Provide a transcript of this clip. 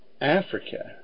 Africa